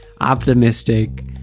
optimistic